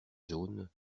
jaunes